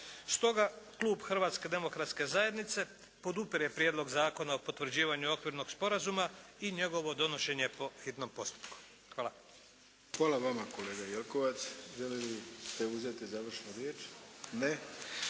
Stoga klub Hrvatske demokratske zajednice podupire Prijedlog zakona o potvrđivanju Okvirnog sporazuma i njegovo donošenje po hitnom postupku. Hvala. **Arlović, Mato (SDP)** Hvala vama kolega Jelkovac. Želite li uzeti završnu riječ? Ne.